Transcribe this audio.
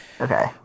okay